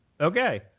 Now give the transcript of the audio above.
Okay